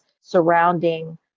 surrounding